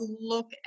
look